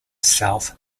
south